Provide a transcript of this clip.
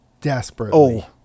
Desperately